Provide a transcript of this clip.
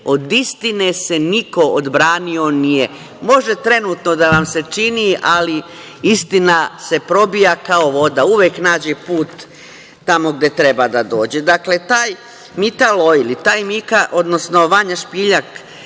Od istine se niko odbranio nije. Može trenutno da vam se čini, ali istina se probija kao voda, uvek nađe put tamo gde treba da dođe. Dakle, taj „Mitan Oil“ i taj Mika, odnosno Vanja Špiljak,